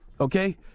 Okay